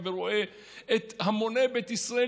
ורואה את המוני בית ישראל,